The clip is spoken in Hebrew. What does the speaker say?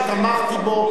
שתמכתי בו,